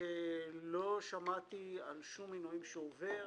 לא שמעתי על שום עינויים שהוא עובר.